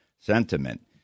sentiment